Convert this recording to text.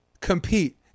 Compete